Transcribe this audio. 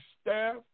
staff